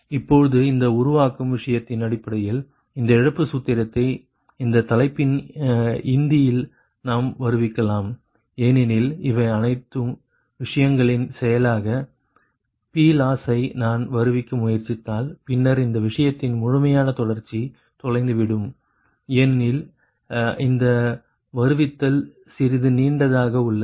இப்பொழுது இந்த உருவாக்கம் விஷயத்தின் அடிப்படையில் இந்த இழப்பு சூத்திரத்தை இந்த தலைப்பின் இந்தியில் நாம் வருவிக்கலாம் ஏனெனில் இவை அனைத்து விஷயங்களின் செயலாக PLoss ஐ நான் வருவிக்க முயற்சித்தால் பின்னர் இந்த விஷயத்தின் முழுமையான தொடர்ச்சி தொலைந்துவிடும் ஏனெனில் இந்த வருவித்தல் சிறிது நீண்டதாக உள்ளது